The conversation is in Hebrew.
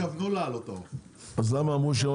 יצרנים קטנים להתחרות על מנת להגדיל את התחרות והמגוון ובסוף,